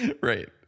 Right